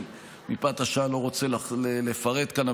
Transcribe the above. ומפאת השעה אני לא רוצה לפרט כאן,